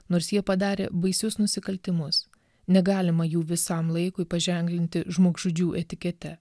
nors jie padarė baisius nusikaltimus negalima jų visam laikui paženklinti žmogžudžių etikete